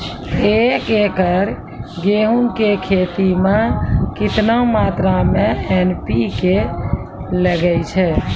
एक एकरऽ गेहूँ के खेती मे केतना मात्रा मे एन.पी.के लगे छै?